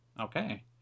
Okay